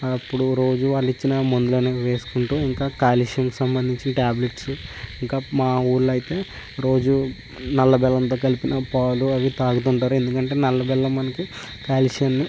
అప్పుడు రోజు వాళ్ళు ఇచ్చిన మందులను వేసుకుంటూ ఇంకా క్యాల్షియం సంబంధించి ట్యాబ్లేట్స్ ఇంకా మా ఊళ్ళో అయితే రోజు నల్లబెల్లంతో కలిపిన పాలు అవి త్రాగుతుంటారు ఎందుకంటే నల్ల బెల్లం మనకి క్యాల్షియంని